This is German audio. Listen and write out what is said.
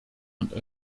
und